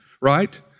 right